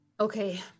Okay